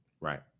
right